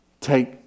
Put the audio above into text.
take